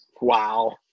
Wow